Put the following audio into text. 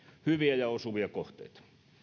hyviä ja osuvia kohteita